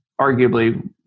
arguably